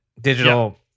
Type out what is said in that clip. digital